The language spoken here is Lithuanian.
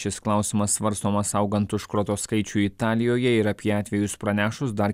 šis klausimas svarstomas augant užkrato skaičiui italijoje ir apie atvejus pranešus dar